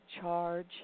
charge